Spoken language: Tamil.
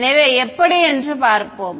எனவே எப்படி என்று பார்ப்போம்